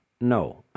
No